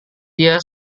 dia